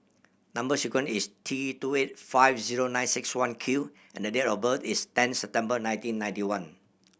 number sequence is T two eight five zero nine six one Q and the date of birth is ten September nineteen ninety one